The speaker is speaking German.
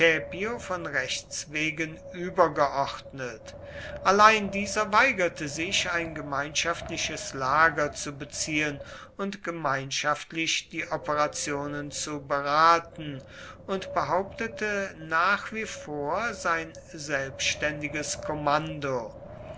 von rechts wegen übergeordnet allein dieser weigerte sich ein gemeinschaftliches lager zu beziehen und gemeinschaftlich die operationen zu beraten und behauptete nach wie vor sein selbständiges kommando